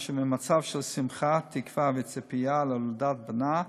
כאשר ממצב של שמחה, תקווה וציפייה להולדת בנה,